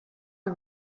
the